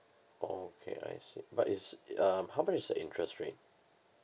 okay I see but is it um how much is the interest rate